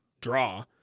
draw